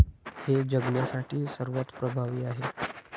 हे जगण्यासाठी सर्वात प्रभावी आहे